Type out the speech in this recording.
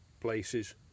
places